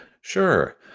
Sure